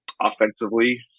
offensively